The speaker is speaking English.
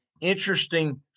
interesting